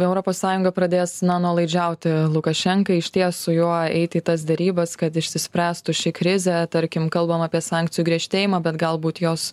europos sąjunga pradės na nuolaidžiauti lukašenkai išties su juo eiti į tas derybas kad išsispręstų ši krizė tarkim kalbam apie sankcijų griežtėjimą bet galbūt jos